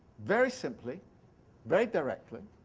very simply very directly,